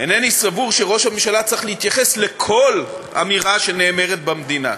אינני סבור שראש הממשלה צריך להתייחס לכל אמירה שנאמרת במדינה.